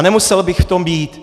Nemusel bych v tom být.